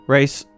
Race